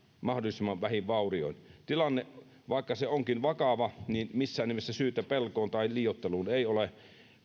mahdollisimman vähin vaurioin vaikka tilanne onkin vakava niin missään nimessä syytä pelkoon tai liioitteluun ei ole